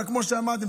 אבל כמו שאמרתם,